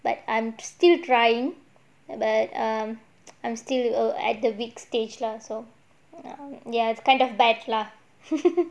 but I'm still trying but um I'm still at the weak stage lah so ya kind of bad lah